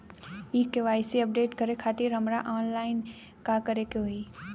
KYC update करे खातिर हमरा ऑनलाइन का करे के होई?